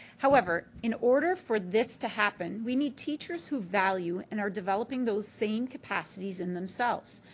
however, in order for this to happen, we need teachers who value and are developing those same capacities in themselves.